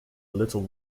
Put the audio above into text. little